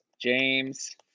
James